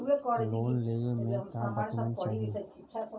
Loan लेवे मे का डॉक्यूमेंट चाही?